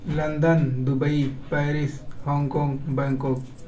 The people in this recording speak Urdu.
London Dubai Paris Hong Kong Bangkok